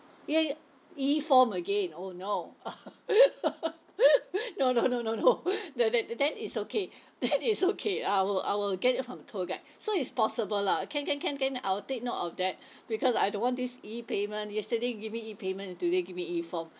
ya ya E form again oh no no no no no no the that then it's okay then it's okay I will I will get it from tour guide so it's possible lah can can can can I will take note of that because I don't want this E payment yesterday you give me E payment today give me E form